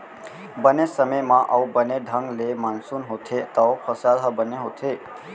बने समे म अउ बने ढंग ले मानसून होथे तव फसल ह बने होथे